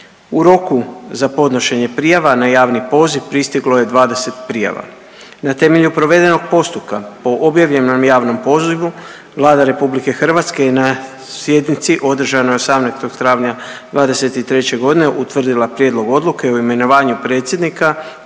U roku za podnošenje prijava na javni poziv pristiglo je 20 prijava. Na temelju provedenog postupka po objavljenom javnom pozivu Vlada RH je na sjednici održanoj 18. travnja '23. godine utvrdila Prijedlog Odluke o imenovanju predsjednika